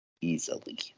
easily